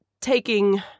taking